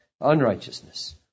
unrighteousness